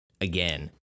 Again